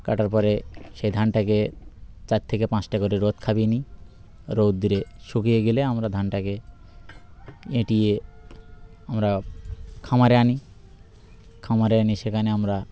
কাটার পরে সেই ধানটাকে চার থেকে পাঁচটা করে রোদ খাইয়ে নিই রোদ্দুরে শুকিয়ে গেলে আমরা ধানটাকে এঁটে আমরা খামারে আনি খামারে আনি সেখানে আমরা